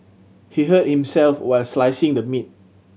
he hurt himself while slicing the meat